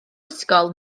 ysgol